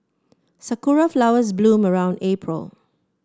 sakura flowers bloom around April